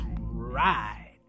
ride